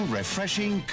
refreshing